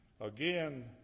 Again